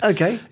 Okay